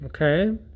okay